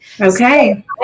Okay